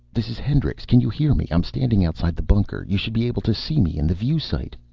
this is hendricks. can you hear me? i'm standing outside the bunker. you should be able to see me in the view sight.